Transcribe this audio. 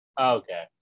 Okay